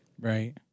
Right